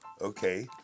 okay